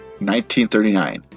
1939